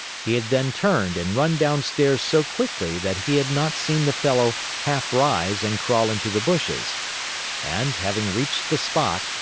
he had then turned and run downstairs so quickly that he had not seen the fellow half-rise and crawl into the bushes and, having reached the spot,